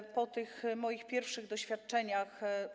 Jestem po tych moich pierwszych doświadczeniach.